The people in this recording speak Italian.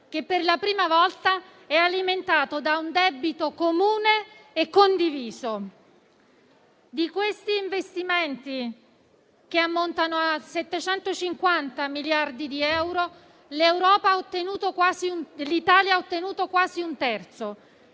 che per la prima volta è alimentato da un debito comune e condiviso. Di questi investimenti, che ammontano a 750 miliardi di euro, l'Italia ha ottenuto quasi un terzo.